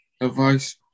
advice